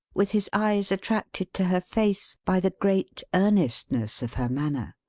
with his eyes attracted to her face by the great earnestness of her manner.